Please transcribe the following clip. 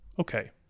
okay